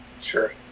Sure